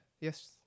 Yes